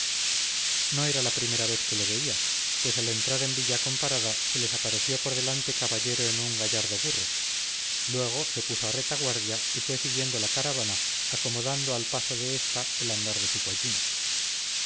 no era la primera vez que le veía pues al entrar en villacomparada se les apareció por delante caballero en un gallardo burro luego se puso a retaguardia y fue siguiendo la caravana acomodando al paso de esta el andar de su pollino